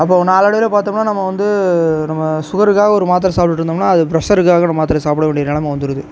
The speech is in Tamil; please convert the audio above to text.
அப்போ நாளடைவில் பார்த்தோம்னா நம்ம வந்து நம்ம சுகருக்காக ஒரு மாத்திரை சாப்பிட்டுட்டு இருந்தோம்னால் ப்ரஷருக்காக மாத்திரை சாப்பிட வேண்டிய நிலம வந்துடுது